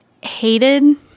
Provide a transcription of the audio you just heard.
hated